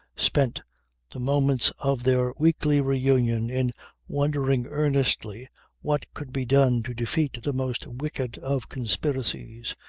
spent the moments of their weekly reunion in wondering earnestly what could be done to defeat the most wicked of conspiracies,